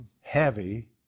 heavy